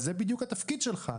זה בדיוק התפקיד שלך.